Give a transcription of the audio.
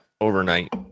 overnight